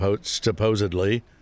supposedly